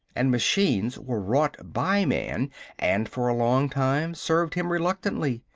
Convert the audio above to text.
and machines were wrought by man and for a long time served him reluctantly.